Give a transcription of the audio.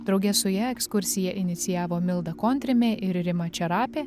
drauge su ja ekskursiją inicijavo milda kontrimė ir rima čerapė